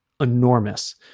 enormous